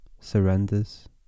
surrenders